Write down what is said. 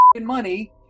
money